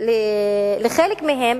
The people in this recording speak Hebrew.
לחלק מהם,